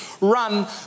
run